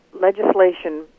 legislation